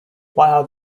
while